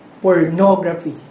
pornography